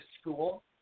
school